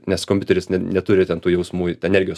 nes kompiuteris ne neturi ten tų jausmų energijos